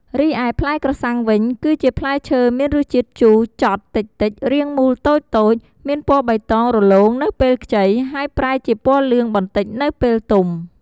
រីឯផ្លែក្រសាំងវិញ គឺជាផ្លែឈើមានរសជាតិជូរចត់តិចៗ រាងមូលតូចៗ មានពណ៌បៃតងរលោងនៅពេលខ្ចី ហើយប្រែជាពណ៌លឿងបន្តិចនៅពេលទុំ។